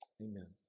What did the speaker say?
Amen